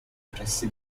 pressi